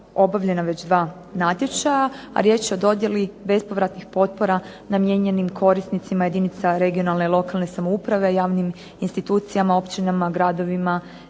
obavljena već dva natječaja, a riječ je o dodjeli bespovratnih potpora namijenjenih korisnicima jedinica regionalne lokalne samouprave, javnim institucijama, općinama, gradovima,